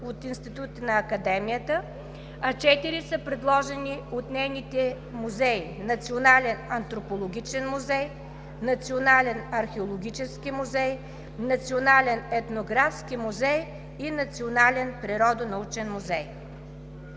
от институти на Академията, а четири са предложени от нейните музеи – Национален антропологичен музей, Национален археологически музей, Национален етнографски музей и Национален природонаучен музей.